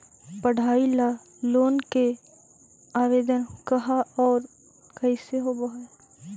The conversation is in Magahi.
पढाई ल लोन के आवेदन कहा औ कैसे होब है?